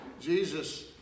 Jesus